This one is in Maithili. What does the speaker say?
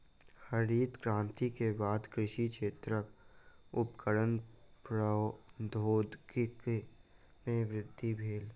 हरित क्रांति के बाद कृषि क्षेत्रक उपकरणक प्रौद्योगिकी में वृद्धि भेल